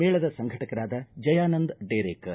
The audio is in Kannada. ಮೇಳದ ಸಂಘಟಕರಾದ ಜಯಾನಂದ ಡೇರೇಕರ